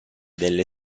delle